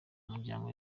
muryango